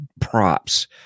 props